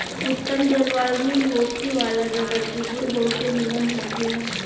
उत्तम जलवायु में होखे वाला रबर के गुण बहुते निमन होखेला